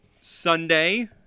Sunday